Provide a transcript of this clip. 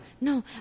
No